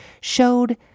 showed